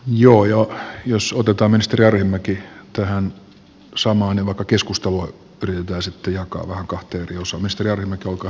joo joo jos suututtaa ministeri arhinmäki tähän samaan emu keskustelua kylpyä sitä jakavaan kohti rios meille tuovat